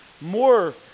more